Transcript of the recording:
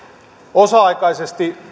osa aikaisesti